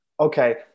okay